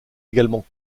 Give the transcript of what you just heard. également